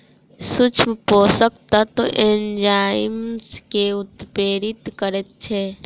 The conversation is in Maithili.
सूक्ष्म पोषक तत्व एंजाइम के उत्प्रेरित करैत छै